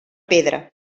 pedra